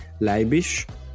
Leibisch